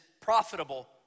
profitable